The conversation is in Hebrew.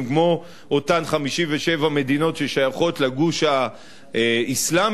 כמו אותן 57 מדינות ששייכות לגוש האסלאמי,